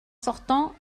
sortant